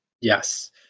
Yes